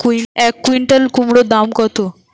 এক কুইন্টাল কুমোড় দাম কত?